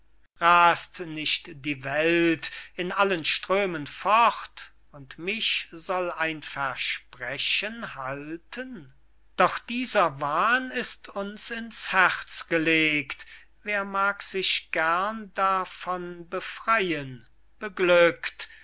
ras't nicht die welt in allen strömen fort und mich soll ein versprechen halten doch dieser wahn ist uns ins herz gelegt wer mag sich gern davon befreyen beglückt